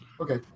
Okay